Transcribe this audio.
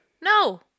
No